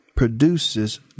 produces